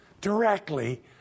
directly